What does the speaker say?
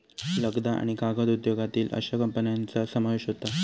लगदा आणि कागद उद्योगातील अश्या कंपन्यांचा समावेश होता